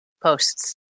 posts